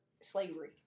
slavery